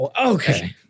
Okay